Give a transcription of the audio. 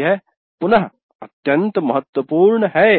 यह पुनः अत्यंत महत्वपूर्ण है